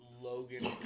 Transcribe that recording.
Logan